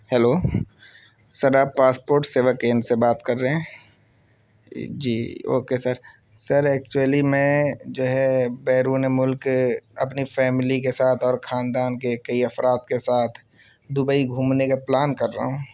hello sir آپ passport Seva Kendra سے بات کر رہے ہیں جی اوکے سر سر ایکچولی میں جو ہے بیرون ملک اپنی فیملی کے ساتھ اور خاندان کے کئی افراد کے ساتھ دبئی گھومنے کا پلان کر رہا ہوں